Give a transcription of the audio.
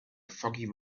foggy